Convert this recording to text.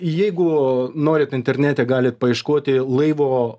jeigu norit internete galit paieškoti laivo